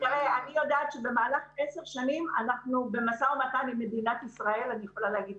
אני יודעת שבמהלך 10 שנים אנחנו במשא ומתן עם מדינת ישראל להכיר